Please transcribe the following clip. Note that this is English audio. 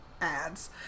Ads